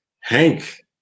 hank